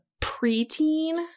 preteen